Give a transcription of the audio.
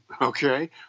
okay